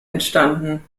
entstanden